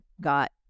got